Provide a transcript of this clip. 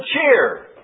cheer